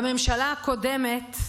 בממשלה הקודמת,